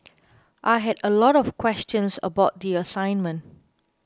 I had a lot of questions about the assignment